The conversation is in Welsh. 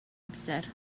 amser